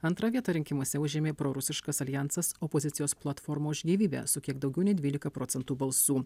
antrą vietą rinkimuose užėmė prorusiškas aljansas opozicijos platforma už gyvybę su kiek daugiau nei dvylika procentų balsų